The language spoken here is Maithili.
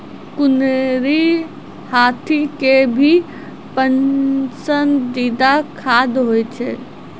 कुनरी हाथी के भी पसंदीदा खाद्य होय छै